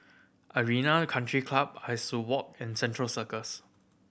Arena Country Club Soo Walk and Central Circus